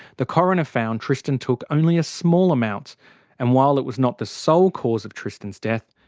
the coroner found tristan took only a small amount and, while it was not the sole cause of tristan's death,